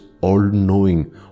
all-knowing